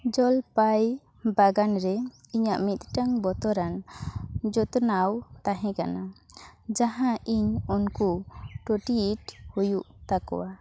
ᱡᱚᱞᱯᱟᱭ ᱵᱟᱜᱟᱱ ᱨᱮ ᱤᱧᱟᱹᱜ ᱢᱤᱫᱴᱟᱝ ᱵᱚᱛᱚᱨᱟᱱ ᱡᱚᱛᱱᱟᱣ ᱛᱟᱦᱮᱸ ᱠᱟᱱᱟ ᱡᱟᱦᱟᱸ ᱤᱧ ᱩᱱᱠᱩ ᱴᱩᱭᱤᱴ ᱦᱩᱭᱩᱜ ᱛᱟᱠᱚᱣᱟ